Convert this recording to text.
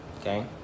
Okay